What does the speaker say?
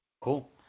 Cool